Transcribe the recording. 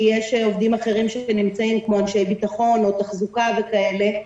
יש עובדים אחרים שנמצאים כמו אנשי ביטחון או תחזוקה וכן הלאה.